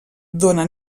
dóna